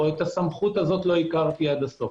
את הסמכות הזו לא הכרתי עד הסוף.